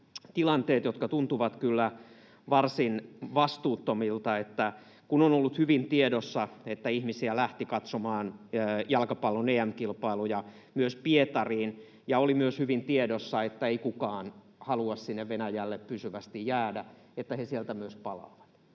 tilanteet, jotka tuntuvat kyllä varsin vastuuttomilta. Kun on ollut hyvin tiedossa, että ihmisiä lähti katsomaan jalkapallon EM-kilpailuja myös Pietariin, ja oli myös hyvin tiedossa, että ei kukaan halua sinne Venäjälle pysyvästi jäädä, että he sieltä myös palaavat,